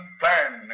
plan